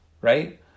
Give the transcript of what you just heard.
right